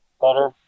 Better